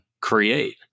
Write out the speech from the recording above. create